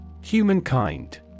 Humankind